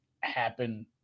happen